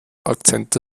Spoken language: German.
akzente